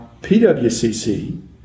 PWCC